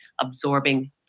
absorbing